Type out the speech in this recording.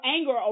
anger